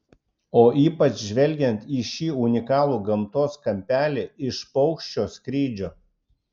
o ypač žvelgiant į šį unikalų gamtos kampelį iš paukščio skrydžio